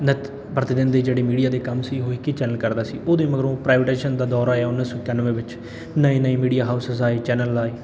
ਨਿਤ ਪ੍ਰਤੀ ਦਿਨ ਦੇ ਜਿਹੜੇ ਮੀਡੀਆ ਦੇ ਕੰਮ ਸੀ ਉਹ ਇੱਕ ਹੀ ਚੈਨਲ ਕਰਦਾ ਸੀ ਉਹਦੇ ਮਗਰੋਂ ਪ੍ਰਾਈਵੇਟਾਈਜੇਸ਼ਨ ਦਾ ਦੌਰ ਆਇਆ ਉੱਨੀ ਸੌ ਇਕਾਨਵੇਂ ਵਿੱਚ ਨਵੇਂ ਨਵੇਂ ਮੀਡੀਆ ਹਾਊਸਿਸ ਆਏ ਚੈਨਲ ਆਏ